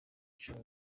icumi